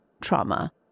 trauma